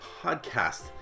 Podcast